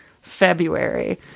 February